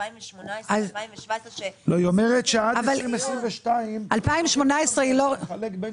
2018 ו-2017 --- היא אומרת שעד 2022 אי אפשר לחלק בין